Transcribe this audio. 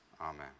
amen